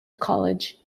college